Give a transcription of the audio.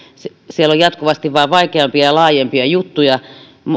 siellä on jatkuvasti vain vaikeampia ja laajempia juttuja